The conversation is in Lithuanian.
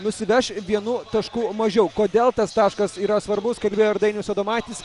nusiveš vienu tašku mažiau kodėl tas taškas yra svarbus kaip minėjo ir dainius adomaitis